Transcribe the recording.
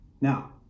now